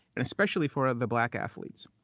and especially for the black athletes,